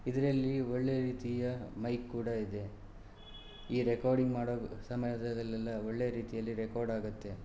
ಇದರಲ್ಲಿ ಒಳ್ಳೆಯ ರೀತಿಯ ಮೈಕ್ ಕೂಡ ಇದೆ ಈ ರೆಕಾರ್ಡಿಂಗ್ ಮಾಡೋ ಸಮಯದಲ್ಲೆಲ್ಲ ಒಳ್ಳೆಯ ರೀತಿಯಲ್ಲಿ ರೆಕಾರ್ಡ್ ಆಗತ್ತೆ